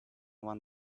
want